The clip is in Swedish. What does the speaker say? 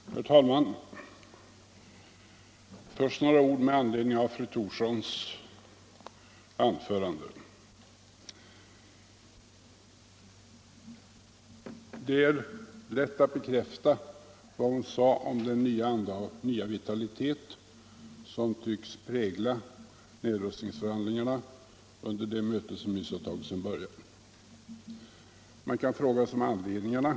Nr 40 , Herr Malm Först några oc med anledning av fru Thorssons an Onsdagen den förande. Det är lätt att bekräfta vad hon sade om den nya anda och 19 mars 1975 vitalitet som tycks prägla nedrustningsförhandlingarna under det möte som nyss har tagit sin början. Man kan fråga sig om anledningarna.